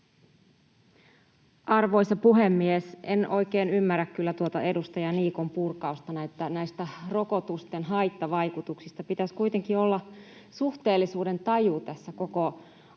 Arvoisa puhemies! En kyllä oikein ymmärrä tuota edustaja Niikon purkausta näistä rokotusten haittavaikutuksista. Pitäisi kuitenkin olla suhteellisuudentaju tässä koko epidemian